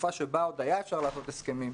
בתקופה שבה עוד היה אפשר לעשות הסכמים,